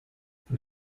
für